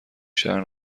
شهر